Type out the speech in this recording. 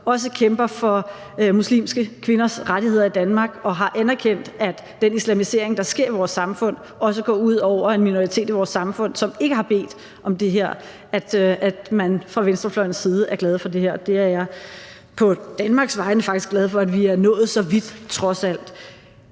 også kæmper for muslimske kvinders rettigheder i Danmark og har anerkendt, at den islamisering, der sker i vores samfund, også går ud over en minoritet i vores samfund, som ikke har bedt om det, er glade for det her. Jeg er faktisk på Danmarks vegne glad for, at vi er nået så vidt, trods alt.